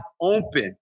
open